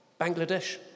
Bangladesh